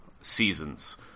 seasons